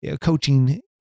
coaching